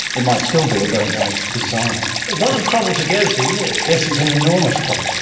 it might still be a very nice design. a lot of trouble to go to, yes. yes, it's an enormous trouble.